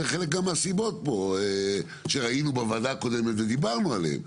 זה חלק מהסיבות שראינו בדיון הקודם ודיברנו עליהן.